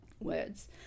words